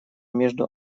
между